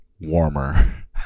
warmer